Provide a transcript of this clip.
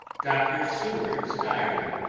dr. seward's diary.